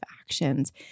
actions